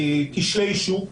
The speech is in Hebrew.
קשרי שוק,